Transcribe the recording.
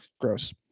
Gross